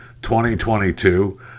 2022